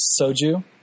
soju